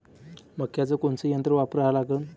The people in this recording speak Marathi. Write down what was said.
मक्याचं कोनचं यंत्र वापरा लागन?